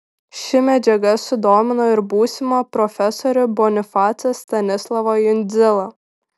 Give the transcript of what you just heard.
ši medžiaga sudomino ir būsimą profesorių bonifacą stanislovą jundzilą